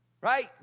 Right